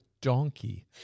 donkey